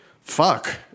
Fuck